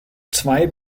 zwei